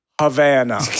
Havana